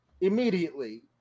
immediately